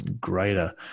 greater